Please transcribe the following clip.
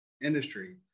industry